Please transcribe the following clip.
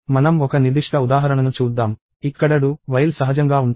మనం ఒక నిర్దిష్ట ఉదాహరణను చూద్దాం ఇక్కడ do while సహజంగా ఉంటుంది